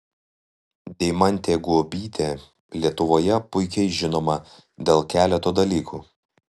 deimantė guobytė lietuvoje puikiai žinoma dėl keleto dalykų